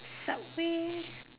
subway